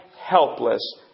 helpless